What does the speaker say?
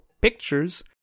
pictures